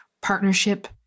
partnership